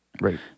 Right